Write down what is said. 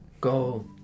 go